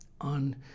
on